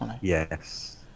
Yes